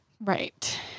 Right